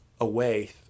away